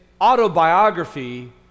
autobiography